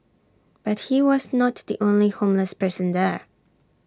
but he was not the only homeless person there